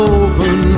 open